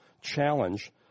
challenge